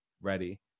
ready